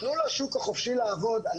תנו לשוק החופשי לעבוד.